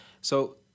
So-